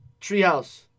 Treehouse